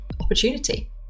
opportunity